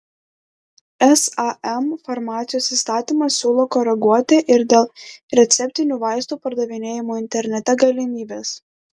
sam farmacijos įstatymą siūlo koreguoti ir dėl receptinių vaistų pardavinėjimo internete galimybės